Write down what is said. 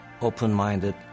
open-minded